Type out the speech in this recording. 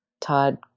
Todd